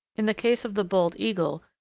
in the case of the bald eagle,